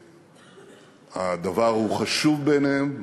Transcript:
שהדבר חשוב בעיניהם,